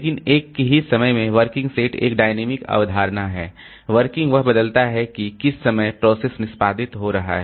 लेकिन एक ही समय में वर्किंग सेट एक डायनामिक अवधारणा है वर्किंग यह बदलता है कि किस समय प्रोसेस निष्पादित हो रहा है